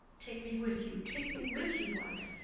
take me with you, take me with you, wife.